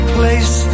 place